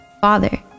Father